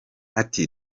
ati